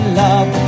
love